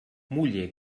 muller